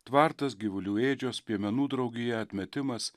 tvartas gyvulių ėdžios piemenų draugija atmetimas